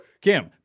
Kim